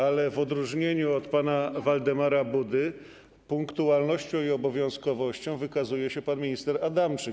Ale w odróżnieniu od pana Waldemara Budy punktualnością i obowiązkowością wykazuje się pan minister Adamczyk.